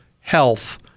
health